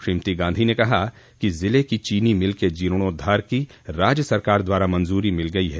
श्रीमती गांधी ने कहा कि जिले की चीनी मिल के जीर्णोद्धार की राज्य सरकार द्वारा मंजूरी मिल गयी है